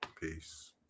Peace